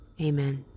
Amen